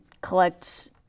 collect